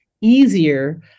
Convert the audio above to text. easier